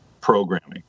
programming